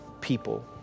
people